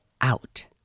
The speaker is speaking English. out